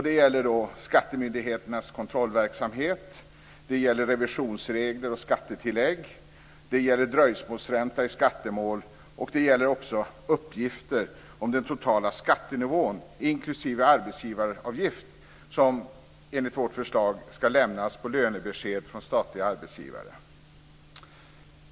Det gäller skattemyndigheternas kontrollverksamhet, revisionsregler och skattetillägg, dröjsmålsränta i skattemål och uppgifter om den totala skattenivån, inklusive arbetsgivaravgift, som enligt vårt förslag ska lämnas på lönebesked från statliga arbetsgivare.